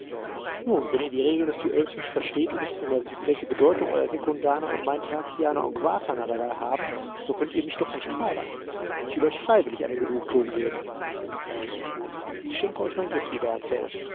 nun wenn ihr die regeln des duells nicht versteht und nicht einmal wißt welche bedeutung euer sekundaner und mein tertianer und quartaner dabei haben so könnt ihr mich doch nicht fordern ich will euch freiwillig eine genugtuung geben welche ich schenke euch mein grizzlybärenfell